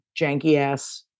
janky-ass